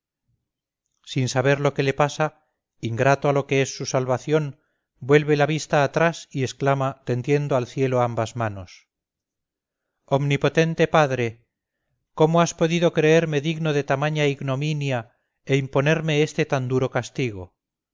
sin saber lo que le pasa ingrato a lo que es su salvación vuelve la vista atrás y exclama tendiendo al cielo ambas manos omnipotente padre cómo has podido creerme digno de tamaña ignominia e imponerme este tan duro castigo